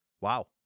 Wow